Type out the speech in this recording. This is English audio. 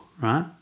Right